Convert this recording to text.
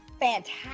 fantastic